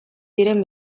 diren